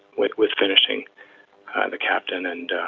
with with finishing the captain and